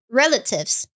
relatives